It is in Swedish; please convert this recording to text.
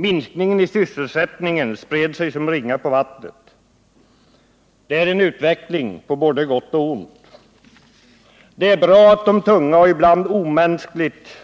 Minskningen i sysselsättningen spred sig som ringar på vattnet. Det var en utveckling på både gott och ont. Det var bra att de tunga, ibland omänskligt